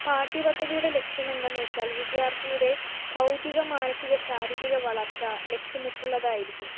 പാഠ്യപദ്ധതിയുടെ ലക്ഷ്യം എന്താന്ന് വെച്ചാൽ വിദ്യാർത്ഥിയുടെ ഭൗതിക മാനസിക ശാരീരിക വളർച്ച ലക്ഷ്യമിട്ടുള്ളതായിരിക്കും